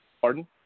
Pardon